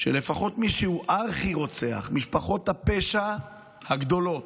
שלפחות מי שהוא ארכי-רוצח משפחות הפשע הגדולות,